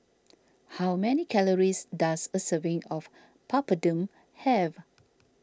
how many calories does a serving of Papadum have